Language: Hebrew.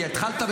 כי התחלת,